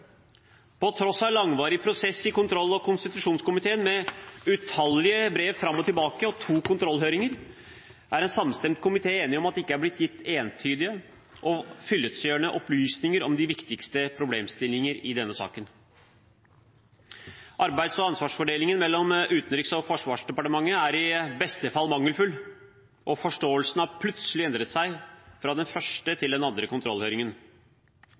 På tross av langvarig prosess i kontroll- og konstitusjonskomiteen, med utallige brev fram og tilbake og to kontrollhøringer, er en samlet komité enige om at det ikke er blitt gitt entydige og fyllestgjørende opplysninger om de viktigste problemstillinger i denne saken. Arbeids- og ansvarsfordelingen mellom Utenriksdepartementet og Forsvarsdepartementet er i beste fall mangelfull, og forståelsen har plutselig endret seg fra den første til den andre kontrollhøringen.